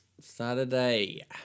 Saturday